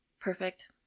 Perfect